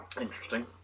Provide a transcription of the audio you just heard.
Interesting